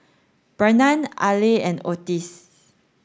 Barnard Aleah and Otis